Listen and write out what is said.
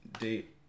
date